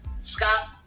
Scott